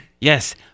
Yes